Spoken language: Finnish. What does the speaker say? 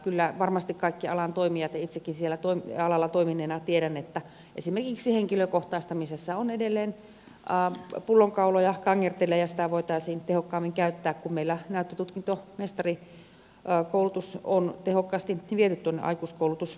kyllä varmasti kaikki alan toimijat tietävät ja itsekin sillä alalla toimineena tiedän että esimerkiksi henkilökohtaistamisessa on edelleen pullonkauloja se kangertelee ja sitä voitaisiin tehokkaammin käyttää kun meillä näyttötutkintomestarikoulutus on tehokkaasti viety tuonne aikuiskoulutuskentälle